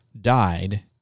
died